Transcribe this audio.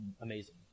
amazing